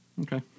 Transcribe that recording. Okay